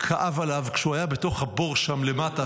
כאב עליו כשהוא היה בתוך הבור שם למטה,